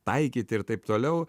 taikyti ir taip toliau